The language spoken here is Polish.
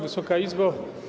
Wysoka Izbo!